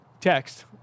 text